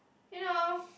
you know